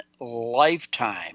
lifetime